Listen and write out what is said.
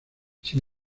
sin